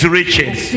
riches